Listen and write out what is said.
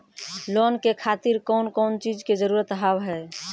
Loan के खातिर कौन कौन चीज के जरूरत हाव है?